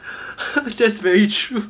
that's very true